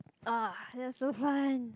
ah that's so fun